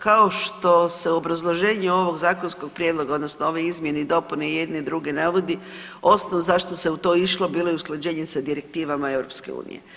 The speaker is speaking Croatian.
Kao što se u obrazloženju ovog zakonskog prijedloga odnosno ove izmjene i dopune i jedne i druge navodi osnov zašto se u to išlo bilo je usklađenje sa direktivama EU.